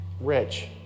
rich